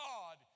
God